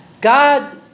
God